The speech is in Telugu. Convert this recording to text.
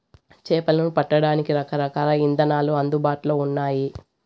చేపలను పట్టడానికి రకరకాల ఇదానాలు అందుబాటులో ఉన్నయి